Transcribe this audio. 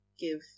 give